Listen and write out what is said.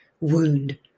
wound